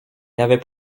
n’avait